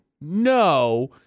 No